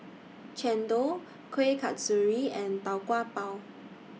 Chendol Kuih Kasturi and Tau Kwa Pau